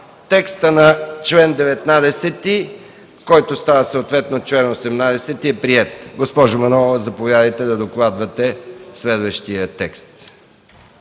Текстът на чл. 19, който става съответно чл. 18, е приет. Госпожо Манолова, заповядайте да докладвате следващия текст.